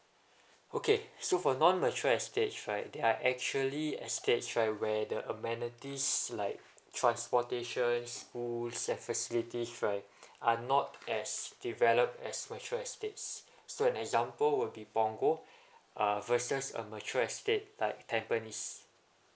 okay so for non mature estates right they are actually estates right where the amenities like transportation school and facilities right are not as developed as mature estates so an example would be punggol uh versus a mature estate like tampines